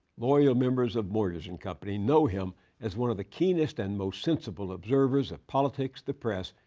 loyal members of moyers and company know him as one of the keenest and most sensible observers of politics, the press,